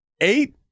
Eight